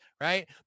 right